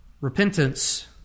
Repentance